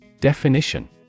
Definition